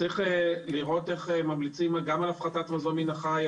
צריך לראות איך ממליצים גם על הפחתת מזון מן החי,